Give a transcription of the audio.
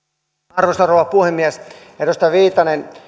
arvoisa rouva puhemies edustaja viitanen